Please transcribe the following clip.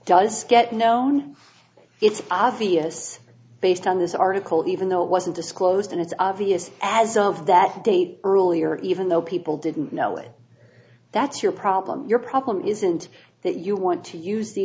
does get known it's obvious based on this article even though it wasn't disclosed and it's obvious as of that date earlier even though people didn't know it that's your problem your problem isn't that you want to use the